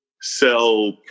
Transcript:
sell